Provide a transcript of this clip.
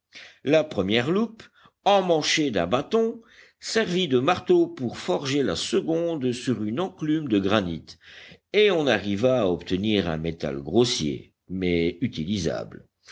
la première loupe emmanchée d'un bâton servit de marteau pour forger la seconde sur une enclume de granit et on arriva à obtenir un métal grossier mais utilisable